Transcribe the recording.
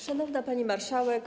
Szanowna Pani Marszałek!